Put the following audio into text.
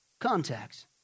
contacts